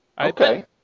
Okay